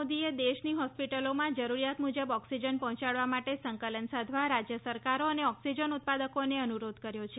મોદીએ દેશની હોસ્પિટલોમાં જરૂરિયાત મુજબ ઓક્સિજન પહોંચાડવા માટે સંકલન સાધવા રાજ્ય સરકારો અને ઓક્સિજન ઉત્પાદકોને અનુરોધ કર્યો છે